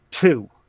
two